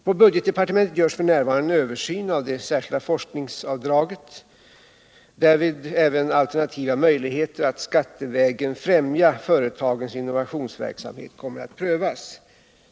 På budgetdepartementet görs f. n. en översyn av det särskilda forskningsbidraget, varvid även alternativa möjligheter att skattevägen främja företagens innovationsverksamhet kommer att prövas.